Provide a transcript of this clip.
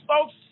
folks